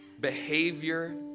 behavior